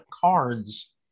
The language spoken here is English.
cards